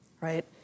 right